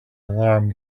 alarm